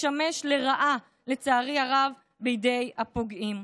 משמש לרעה בידי הפוגעים,